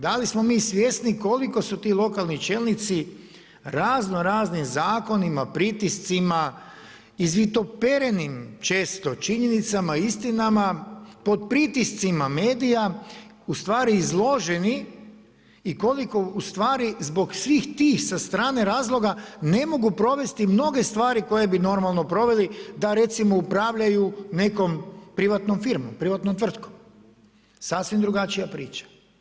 Da li smo mi svjesni koliko su ti lokalni čelnici razno raznim zakonima, pritiscima, izvitoperenim često činjenicama, istinama pod pritiscima medija u stvari izloženi i koliko u stvari zbog svih tih sa strane razloga ne mogu provesti mnoge stvari koje bi normalno proveli da recimo upravljaju nekom privatnom firmom, privatnom tvrtkom, sasvim drugačija priča.